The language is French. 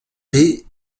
paix